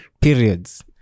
periods